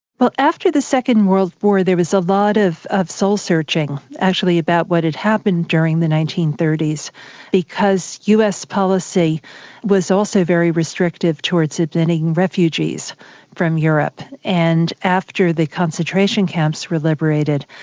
well after the second world war, there was a lot of of soul-searching, actually about what had happened during the nineteen thirty s because us policy was also very restrictive towards admitting refugees from europe, and after the concentration camps were liberated,